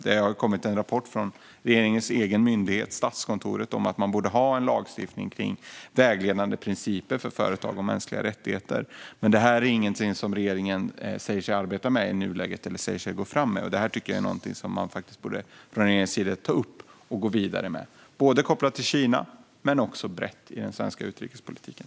Det har kommit en rapport från regeringens egen myndighet Statskontoret om att man borde ha en lagstiftning kring vägledande principer för företag och mänskliga rättigheter. Men detta är ingenting som regeringen säger sig arbeta med i nuläget eller säger sig gå fram med, och detta tycker jag är någonting som man från regeringens sida borde ta upp och gå vidare med, kopplat till Kina men också brett i den svenska utrikespolitiken.